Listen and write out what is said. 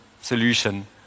solution